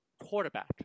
quarterback